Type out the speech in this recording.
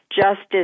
Justice